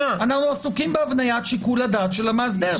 אנחנו עסוקים בהבניית שיקול הדעת של המאסדר.